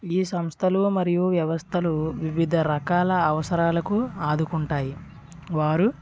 ఈ సంస్థలు మరియు వ్యవస్థలు వివిధ రకాల అవసరాలకు ఆదుకుంటాయి వారు